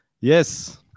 Yes